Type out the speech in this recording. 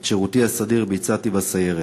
את שירותי הסדיר ביצעתי בסיירת.